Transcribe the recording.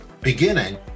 beginning